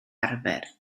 arfer